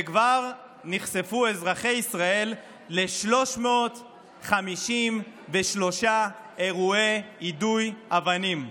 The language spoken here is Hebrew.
וכבר נחשפו אזרחי ישראל ל-353 אירועי יידוי אבנים.